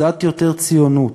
קצת יותר ציונות.